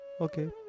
okay